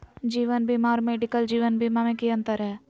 जीवन बीमा और मेडिकल जीवन बीमा में की अंतर है?